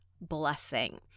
blessing